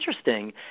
interesting